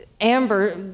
Amber